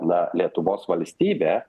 na lietuvos valstybę